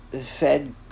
Fed